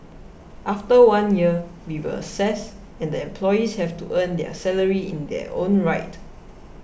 after one year we will assess and the employees have to earn their salary in their own right